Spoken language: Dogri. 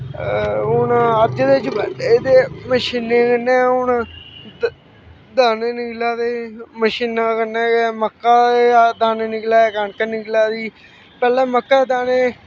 हून अज्ज दे जमाने दे मशीनें कन्नै हून दाने निकला दे मशीना कन्नै गै मक्कां दे दाने निकला दे कनक निकला दी पैह्लैं मक्कां दाने